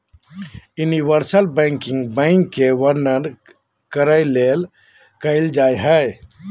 universal banking bank के वर्णन करे ले कइल जा हइ